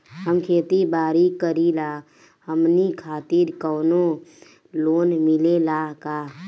हम खेती बारी करिला हमनि खातिर कउनो लोन मिले ला का?